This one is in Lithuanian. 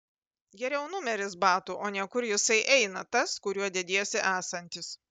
geriau numeris batų o ne kur jisai eina tas kuriuo dediesi esantis